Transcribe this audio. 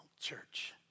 church